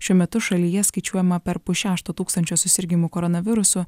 šiuo metu šalyje skaičiuojama per pusšešto tūkstančio susirgimų koronavirusu